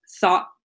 thought